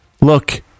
look